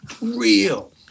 real